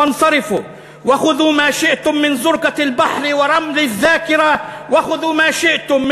"אתם העוברים בים המילים החולפות/ שאו שמותיכם והסתלקו/